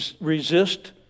resist